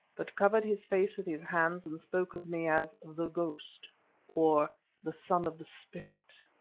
but covered his face with his hands and spoke of me as the ghost or the son of the spirit.